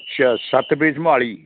ਅੱਛਾ ਸੱਤ ਫੇਸ ਮੋਹਾਲੀ